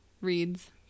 reads